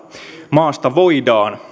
maasta voidaan